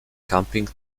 camping